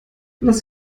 lass